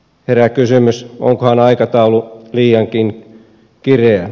herää kysymys onkohan aikataulu liiankin kireä